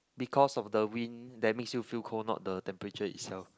because of the wind that makes you feel cold not the temperature itself